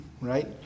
right